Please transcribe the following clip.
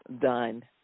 done